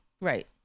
Right